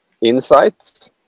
insights